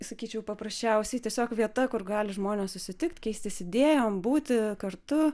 sakyčiau paprasčiausiai tiesiog vieta kur gali žmonės susitikt keistis idėjom būti kartu